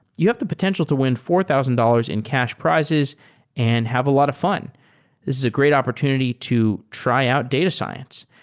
you have the potential to win four thousand dollars in cash prizes and have a lot of fun. this is a great opportunity to tryout data science.